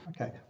Okay